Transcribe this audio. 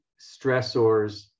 stressors